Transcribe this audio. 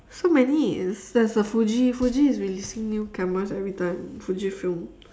so many there's there's the Fuji Fuji is releasing new cameras every time Fuji Film